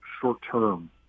short-term